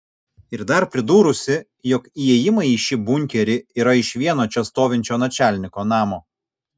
ir dar pridūrusi jog įėjimai į šį bunkerį yra iš vieno čia stovinčio načalniko namo